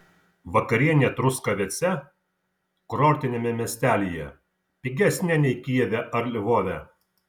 vakarienė truskavece kurortiniame miestelyje pigesnė nei kijeve ar lvove